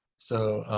so